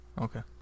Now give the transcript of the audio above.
Okay